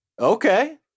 Okay